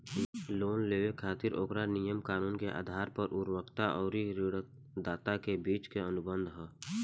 loan लेबे खातिर ओकरा नियम कानून के आधार पर उधारकर्ता अउरी ऋणदाता के बीच के अनुबंध ह